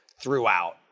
Throughout